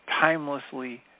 timelessly